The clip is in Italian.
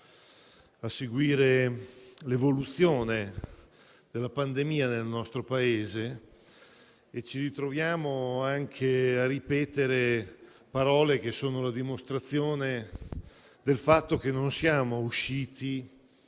a seguire l'evoluzione della pandemia nel nostro Paese e anche a ripetere parole che sono la dimostrazione del fatto che non siamo usciti